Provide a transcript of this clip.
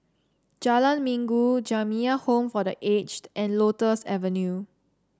Jalan Minggu Jamiyah Home for The Aged and Lotus Avenue